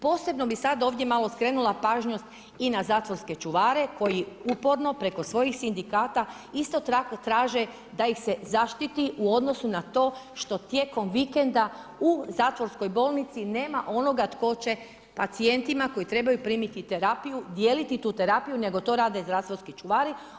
Posebno bi sad ovdje malo skrenula pažnju i na zatvorske čuvare koji uporno preko svojih sindikata isto traže da ih se zaštiti u odnosu na to što tijekom vikenda u zatvorskoj bolnici nema onoga tko će pacijentima koji trebaju primiti terapiju dijeliti tu terapiju, nego to rade zatvorski čuvari.